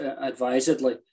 advisedly